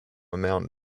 amount